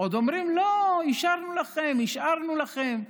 ועוד אומרים: לא, השארנו לכם, השארנו לכם.